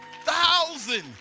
Thousand